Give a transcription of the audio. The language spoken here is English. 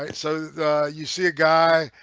and so you see a guy.